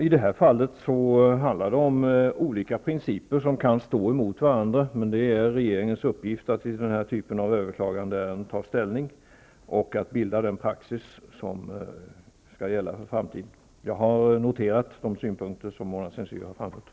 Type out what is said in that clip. I detta fall handlar det om olika principer som kan stå emot varandra, men det är regeringens uppgift att i den typen av överklagandeärenden ta ställning och att bilda den praxis som skall gälla för framtiden. Jag har noterat de synpunkter som Mona Saint Cyr har framfört.